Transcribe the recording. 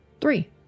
Three